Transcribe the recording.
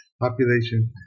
population